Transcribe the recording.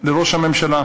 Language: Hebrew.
לראש הממשלה,